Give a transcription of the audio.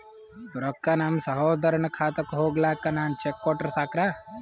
ರೊಕ್ಕ ನಮ್ಮಸಹೋದರನ ಖಾತಕ್ಕ ಹೋಗ್ಲಾಕ್ಕ ನಾನು ಚೆಕ್ ಕೊಟ್ರ ಸಾಕ್ರ?